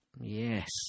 Yes